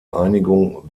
einigung